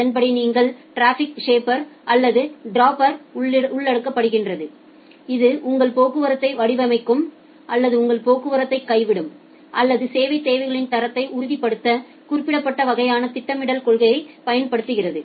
அதன்படி நீங்கள் traffic shaper அல்லது டிராப்பரை உள்ளடக்குகிறீர்கள் இது உங்கள் போக்குவரத்தை வடிவமைக்கும் அல்லது உங்கள் போக்குவரத்தை கைவிடும் அல்லது சேவை தேவைகளின் தரத்தை உறுதிப்படுத்த குறிப்பிட்ட வகையான திட்டமிடல் கொள்கையைப் பயன்படுத்துகிறது